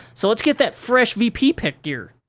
so let's get that fresh vp pick gear.